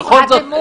בכל זאת,